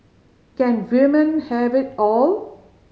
can women have it all